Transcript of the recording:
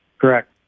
Correct